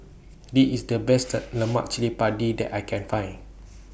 This IS The Best Lemak Cili Padi that I Can Find